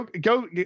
go